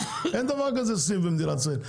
אין דבר כזה סניף במדינת ישראל.